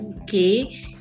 okay